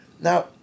Now